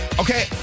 Okay